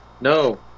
No